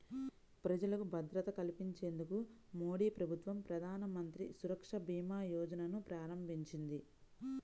ప్రజలకు భద్రత కల్పించేందుకు మోదీప్రభుత్వం ప్రధానమంత్రి సురక్షభీమాయోజనను ప్రారంభించింది